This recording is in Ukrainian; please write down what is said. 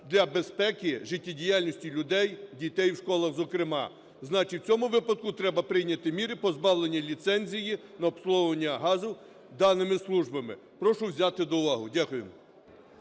для безпеки життєдіяльності людей, дітей в школах, зокрема. Значить, в цьому випадку треба прийняти міри позбавлення ліцензії на обслуговування газу даними службами. Прошу взяти до уваги. Дякую.